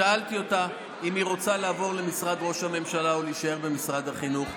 שאלתי אותה אם היא רוצה לעבור למשרד ראש הממשלה או להישאר במשרד החינוך,